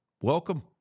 welcome